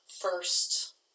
first